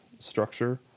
structure